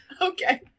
okay